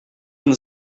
and